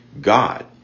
God